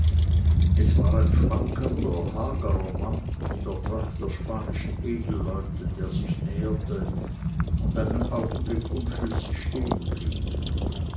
es war ein schwankender hagerer mann in der tracht der spanischen edelleute der sich näherte und einen augenblick unschlüssig stehen blieb